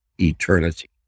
eternity